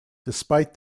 despite